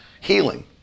healing